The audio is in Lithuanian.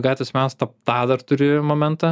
gatvės menas tą tą dar turi momentą